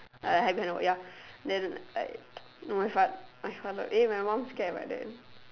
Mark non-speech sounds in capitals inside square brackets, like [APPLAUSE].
like hide behind the wall ya then like [NOISE] no my fath~ my father eh my mom scared my dad